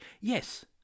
Yes